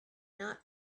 not